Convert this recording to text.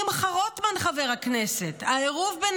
חבר הכנסת שמחה רוטמן: "העירוב בין